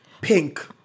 pink